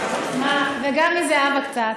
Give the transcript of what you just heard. וגם מזהבה קצת.